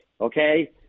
Okay